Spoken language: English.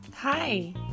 Hi